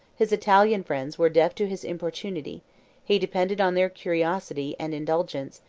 his italian friends were deaf to his importunity he depended on their curiosity and indulgence,